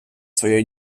свою